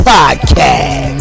Podcast